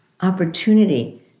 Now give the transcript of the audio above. opportunity